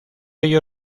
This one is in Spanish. ello